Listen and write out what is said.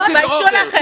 מוסי ורוברט,